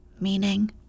meaning